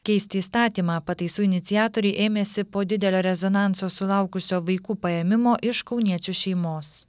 keisti įstatymą pataisų iniciatoriai ėmėsi po didelio rezonanso sulaukusio vaikų paėmimo iš kauniečių šeimos